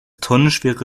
tonnenschwere